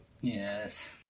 Yes